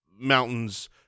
mountains